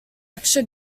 extra